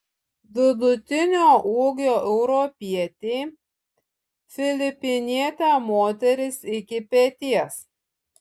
vidutinio ūgio europietei filipinietė moteris iki peties